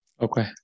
Okay